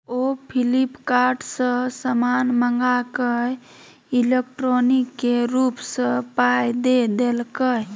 ओ फ्लिपकार्ट सँ समान मंगाकए इलेक्ट्रॉनिके रूप सँ पाय द देलकै